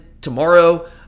tomorrow